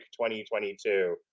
2022